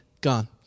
gone